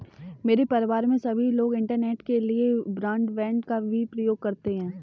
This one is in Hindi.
मेरे परिवार में सभी लोग इंटरनेट के लिए ब्रॉडबैंड का भी प्रयोग करते हैं